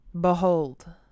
Behold